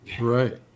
Right